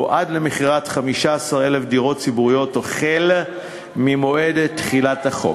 או עד למכירת 15,000 דירות ציבוריות החל ממועד תחילת החוק.